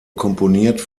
komponiert